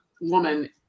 woman